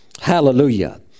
hallelujah